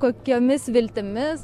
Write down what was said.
kokiomis viltimis